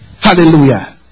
Hallelujah